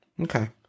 Okay